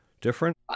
Different